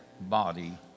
body